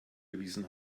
erwiesen